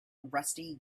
rusty